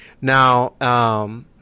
Now –